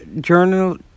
Journal